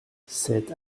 cette